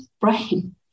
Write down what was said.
brain